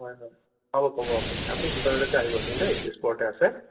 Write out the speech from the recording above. হয় হয় পাব পাব আপুনি আপুনি দোকানলৈকে আহিবচোন দেই তেজপুৰতে আছে